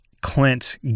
Clint